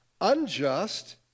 Unjust